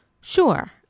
Sure